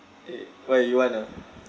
eh why you want ah